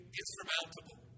insurmountable